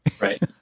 Right